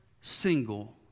single